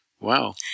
Wow